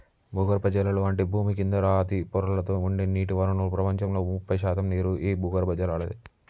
భూగర్బజలాలు అంటే భూమి కింద రాతి పొరలలో ఉండే నీటి వనరులు ప్రపంచంలో ముప్పై శాతం నీరు ఈ భూగర్బజలలాదే